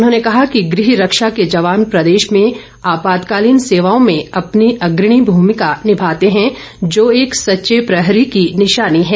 उन्होंने कहा कि गृह रक्षा के जवान प्रदेश में आपात कालीन सेवाओं में अपनी अग्रणी भूमिका निभाते हैं जो एक सचे प्रहरी की निशानी है